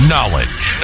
Knowledge